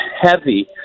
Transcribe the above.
heavy